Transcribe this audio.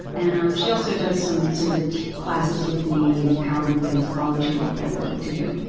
and um she also does some some of the classes with me, and empowerment things, the volunteer work that we like to do.